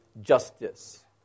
justice